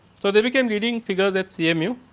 so, they became reading figures at cmu.